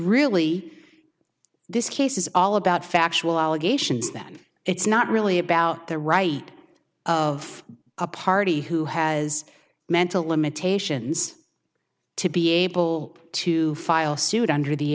really this case is all about factual allegations that it's not really about the right of a party who has mental limitations to be able to file suit under the